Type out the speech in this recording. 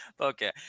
Okay